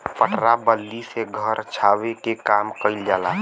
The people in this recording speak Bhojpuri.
पटरा बल्ली से घर छावे के काम कइल जाला